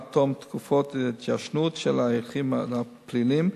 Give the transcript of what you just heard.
עד תום תקופת ההתיישנות של ההליכים הפליליים,